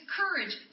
courage